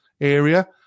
area